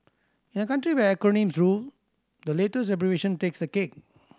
in a country where acronyms rule the latest abbreviation takes the cake